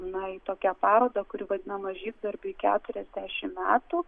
na į tokią parodą kuri vadinama žygdarbiui keturiasdešimt metų